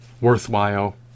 worthwhile